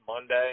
Monday